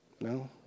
no